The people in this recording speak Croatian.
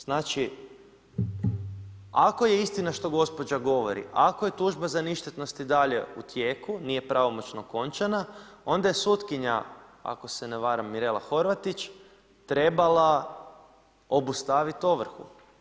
Znači ako je istina što gospođa govori, ako je tužba za ništetnost i dalje u tijeku, nije pravomoćno okončana, onda je sutkinja ako se ne varam Mirela Horvatić trebala obustavit ovrhu.